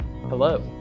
Hello